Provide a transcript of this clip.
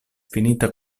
finita